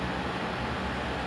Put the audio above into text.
uh C_C_A block